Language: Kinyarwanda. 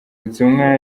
butumwa